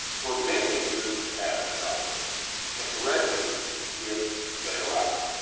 preventing movement patterns problems and correcting them if they arise.